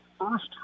first